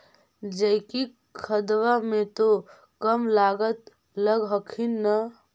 जैकिक खदबा मे तो कम लागत लग हखिन न?